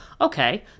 Okay